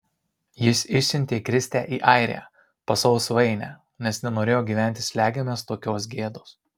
jis išsiuntė kristę į airiją pas savo svainę nes nenorėjo gyventi slegiamas tokios gėdos